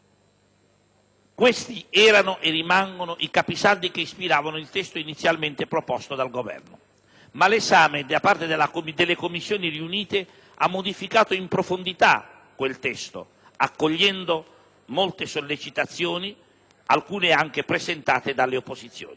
Questi erano e rimangono i capisaldi che ispiravano il testo inizialmente proposto dal Governo. Ma l'esame da parte delle Commissioni riunite ha modificato in profondità quel testo accogliendo molte sollecitazioni, alcune presentate anche dalle opposizioni.